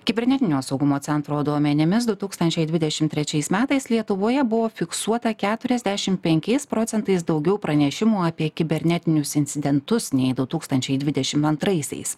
kibernetinio saugumo centro duomenimis du tūkstančiai dvidešim trečiais metais lietuvoje buvo fiksuota keturiasdešim penkiais procentais daugiau pranešimų apie kibernetinius incidentus nei du tūkstančiai dvidešim antraisiais